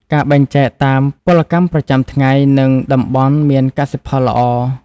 ការបែងចែកតាមពលកម្មប្រចាំថ្ងៃ គឺតំបន់មានកសិផលល្អ។